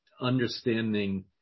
understanding